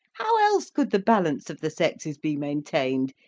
how else could the balance of the sexes be maintained,